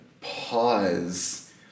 pause